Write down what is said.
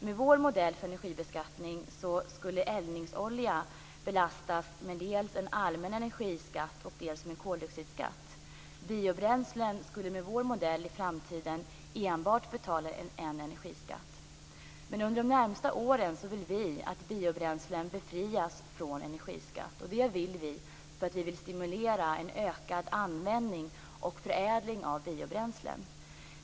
Med vår modell för energibeskattning skulle eldningsolja belastas dels med en allmän energiskatt, dels med koldioxidskatt. Biobränslen skulle med vår modell i framtiden enbart betala en energiskatt. Men under de närmaste åren vill vi att biobränslen befrias från energiskatt. Anledningen till det är att vi vill stimulera en ökad användning och förädling av biobränslen.